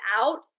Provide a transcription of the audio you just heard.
out